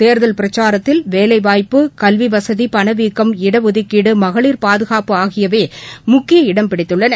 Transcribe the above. தேர்தல் பிரச்சாரத்தில் வேலைவாய்ப்பு கல்வி வசதி பணவீக்கம் இடஒதுக்கீடு மகளிர் பாதுனப்பு ஆகியவையே முக்கிய இடம்பிடித்துள்ளன